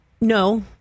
No